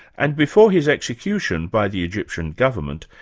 and before his execution by the egyptian government,